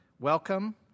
welcome